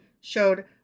showed